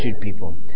people